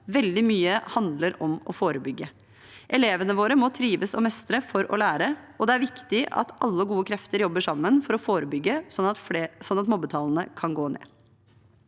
Veldig mye handler om å forebygge. Elevene våre må trives og mestre for å lære, og det er viktig at alle gode krefter jobber sammen for å forebygge, sånn at mobbetallene kan gå ned.